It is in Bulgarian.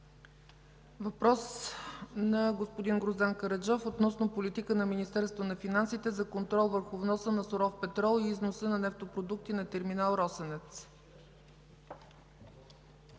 Въпрос на господин Гроздан Караджов относно политика на Министерството на финансите за контрол върху вноса на суров петрол и износа на нефтопродукти на терминал „Росенец”.